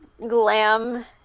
glam